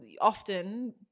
often